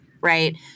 right